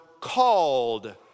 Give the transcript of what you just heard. called